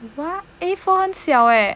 what A four 很小诶